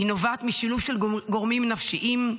היא נובעת משילוב של גורמים נפשיים,